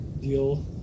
deal